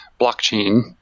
blockchain